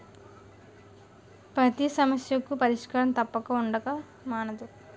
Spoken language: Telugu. పతి సమస్యకు పరిష్కారం తప్పక ఉండక మానదు